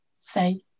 say